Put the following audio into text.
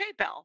PayPal